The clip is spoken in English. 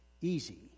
easy